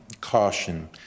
caution